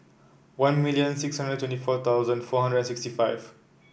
one million six hundred twenty four thousand four hundred sixty five